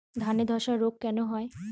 ধানে ধসা রোগ কেন হয়?